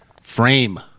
Frame